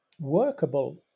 workable